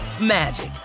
magic